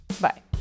Bye